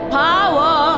power